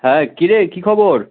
হ্যাঁ কিরে কী খবর